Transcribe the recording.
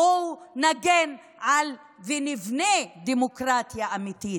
בואו נגן ונבנה דמוקרטיה אמיתית,